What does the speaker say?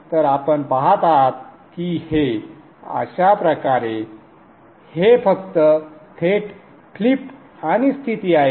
तर आपण पहात आहात की हे अश्याप्रकारे हे फक्त थेट फ्लिप आणि स्थिती आहे